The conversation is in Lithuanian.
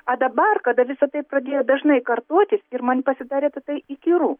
a dabar kada visa tai pradėjo dažnai kartotis ir man pasidarė tatai įkyru